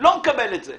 מקבל את זה.